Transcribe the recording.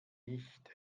nicht